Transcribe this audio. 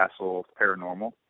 Paranormal